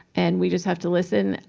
and we just have to listen.